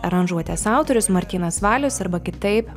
aranžuotės autorius martynas valius arba kitaip